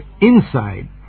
inside